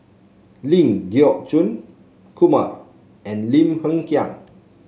Ling Geok Choon Kumar and Lim Hng Kiang